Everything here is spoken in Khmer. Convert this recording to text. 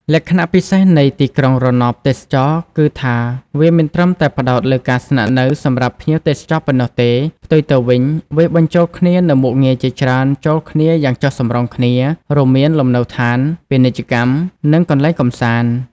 លក្ខណៈពិសេសនៃទីក្រុងរណបទេសចរណ៍គឺថា វា មិនត្រឹមតែផ្តោតលើការស្នាក់នៅ សម្រាប់ភ្ញៀវទេសចរប៉ុណ្ណោះទេ ផ្ទុយទៅវិញ វាបញ្ចូលគ្នានូវមុខងារជាច្រើនចូលគ្នាយ៉ាងចុះសម្រុងគ្នា រួមមាន លំនៅឋាន ពាណិជ្ជកម្ម និងកន្លែងកម្សាន្ត។